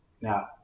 Now